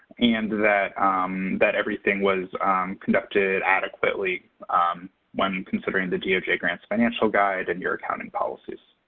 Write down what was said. and that that everything was conducted adequately when considering the doj grants financial guide and your accounting policies.